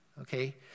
okay